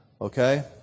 Okay